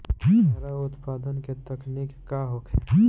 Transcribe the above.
चारा उत्पादन के तकनीक का होखे?